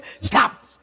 Stop